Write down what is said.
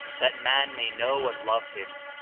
that man may know and love him,